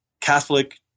Catholic